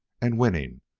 and winning,